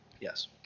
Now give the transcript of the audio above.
yes